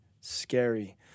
scary